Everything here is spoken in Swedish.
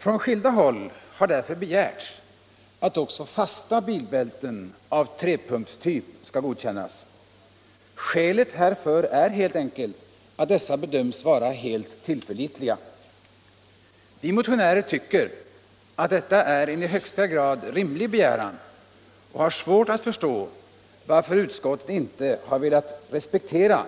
Från skilda håll har därför begärts att också fasta bilbälten av trepunktstyp skall godkännas. Skälet härför är helt enkelt att de bedöms vara helt tillförlitliga. Vi motionärer tycker att detta är en i högsta grad rimlig begäran, och vi har svårt att förstå att utskottet inte velat respektera